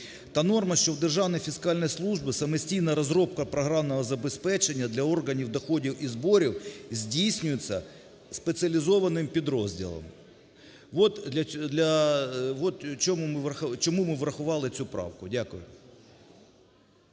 та норма, що в Державної фіскальної служби самостійна розробка програмного забезпечення для органів доходів і зборів здійснюється спеціалізованим підрозділом, вот для... вот чому ми врахували цю правку. Дякую.